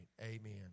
Amen